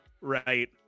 Right